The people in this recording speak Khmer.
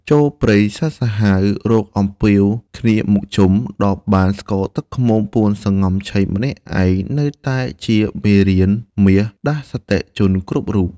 «ចូលព្រៃសត្វសាហាវ រកអំពាវគ្នាមកជុំ ដល់បានស្ករទឹកឃ្មុំ ពួនសំងំឆីម្នាក់ឯង» នៅតែជាមេរៀនមាសដាស់សតិជនគ្រប់រូប។